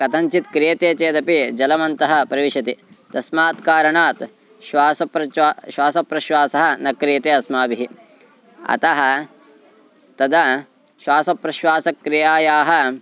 कथञ्चित् क्रियते चेदपि जलमन्तः प्रविशति तस्मात् कारणात् श्वासप्रच्वा श्वासप्रश्वासः न क्रियते अस्माभिः अतः तदा श्वासप्रश्वासक्रियायाः